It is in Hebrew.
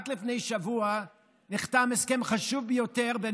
רק לפני שבוע נחתם הסכם חשוב ביותר בין